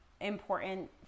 important